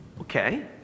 Okay